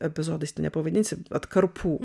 epizodais tai nepavadinsi atkarpų